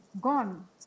gone